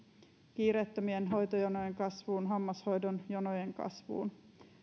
kiireettömien hoitojonojen kasvuun hammashoidon jonojen kasvuun